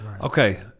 Okay